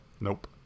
Nope